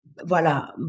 Voilà